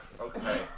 Okay